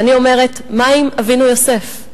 ואני אומרת: מה עם אבינו יוסף?